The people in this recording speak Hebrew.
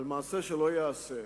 על מעשה שלא ייעשה,